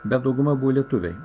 bet dauguma buvo lietuviai